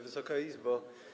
Wysoka Izbo!